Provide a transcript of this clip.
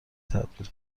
تبدیل